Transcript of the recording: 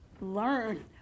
learn